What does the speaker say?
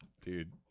dude